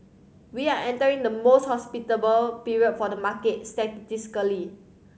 we are entering the most hospitable period for the market statistically